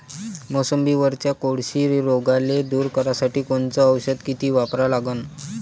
मोसंबीवरच्या कोळशी रोगाले दूर करासाठी कोनचं औषध किती वापरा लागन?